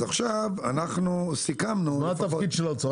אז עכשיו אנחנו סיכמנו --- מה התפקיד של האוצר?